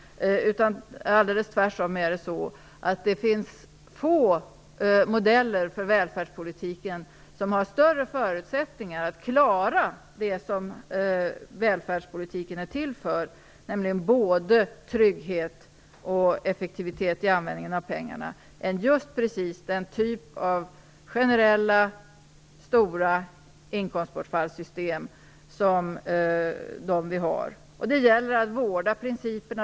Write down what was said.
Tvärtom finns det få modeller för välfärdspolitik som har större förutsättningar att klara det som välfärdspolitiken är till för, nämligen att både skapa trygghet och att ge effektivitet i användningen av pengarna, än den typ av generella, stora inkomstbortfallssystem som de vi har. Det gäller att vårda principerna.